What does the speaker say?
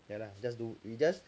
!aiya! just do we just